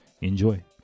enjoy